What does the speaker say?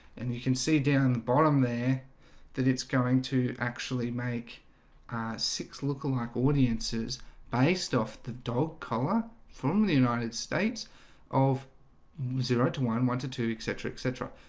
and you can see down on the bottom there that it's going to actually make six look-alike audiences based off the dog collar from the united states of zero to one one to two, etc, etc.